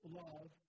love